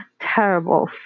terrible